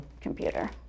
computer